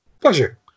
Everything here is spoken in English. Pleasure